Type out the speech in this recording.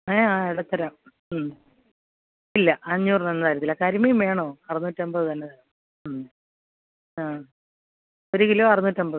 ഏഹ് ആ ഇടത്തരം ഇല്ല അഞ്ഞൂറിനൊന്നും തരത്തില്ല കരിമീൻ വേണോ അറുന്നൂറ്റി അമ്പത് തന്നെ തരണം ആ ഒരു കിലോ അറുന്നൂറ്റി അമ്പത്